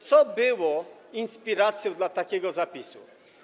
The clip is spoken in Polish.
Co było inspiracją dla takiego zapisu?